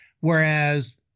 Whereas